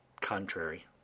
contrary